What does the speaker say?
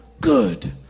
good